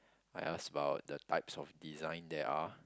I ask about the types of design there are